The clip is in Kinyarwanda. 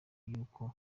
y’uko